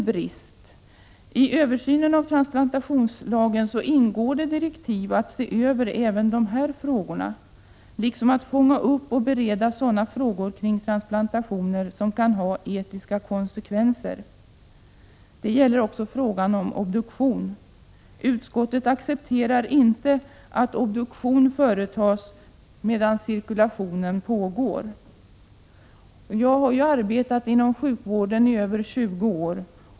I direktiven till översynen av transplantationslagen ingår att se över även dessa frågor, liksom att fånga upp och bereda sådana frågor kring transplantationer som kan ha etiska konsekvenser. Det gäller också frågan om obduktion. Utskottet accepterar inte att obduktion företas när cirkulation pågår. Jag har arbetat inom sjukvården i över 20 år.